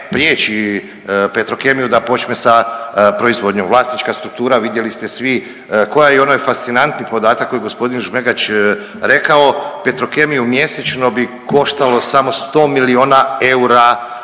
priječi Petrokemiju da počne proizvodnju sa proizvodnjom. Vlasnička struktura vidjeli ste svi kao i onaj fascinantni podatak koji je g. Žmegač rekao, Petrokemiju mjesečno bi koštalo samo 100 milijuna eura